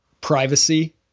privacy